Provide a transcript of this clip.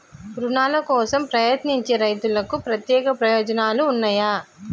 రుణాల కోసం ప్రయత్నించే రైతులకు ప్రత్యేక ప్రయోజనాలు ఉన్నయా?